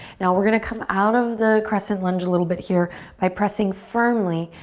now we're gonna come out of the crescent lunge a little bit here by pressing firmly,